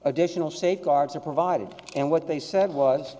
additional safeguards are provided and what they said was